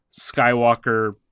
Skywalker